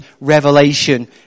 Revelation